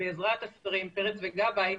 בעזרת השרים פרץ וגבאי,